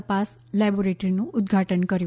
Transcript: તપાસ લેબોરેટરીનું ઉદઘાટન કર્યું